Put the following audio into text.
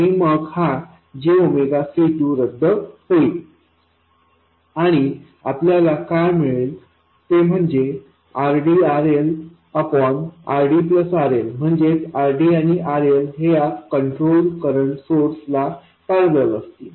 आणि मग हा j C2 रद्द होईल आणि आपल्याला काय मिळेल ते म्हणजे RDRL म्हणजेच RDआणि RL हे या कंट्रोलड करंट सोर्स ला पॅरलल असतील